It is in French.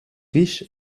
riche